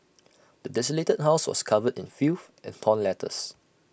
the desolated house was covered in filth and torn letters